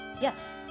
yes